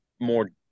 more